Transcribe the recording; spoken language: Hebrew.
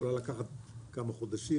יכולה לקחת כמה חודשים,